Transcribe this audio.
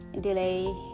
delay